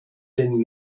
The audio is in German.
den